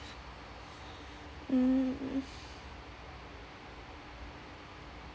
mm